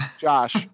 Josh